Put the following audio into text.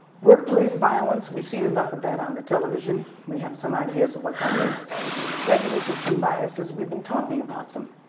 workplace violence, we've seen enough of that on the television. we have some ideas of what that is prejudices and biases, we've been talking about them,